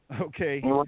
Okay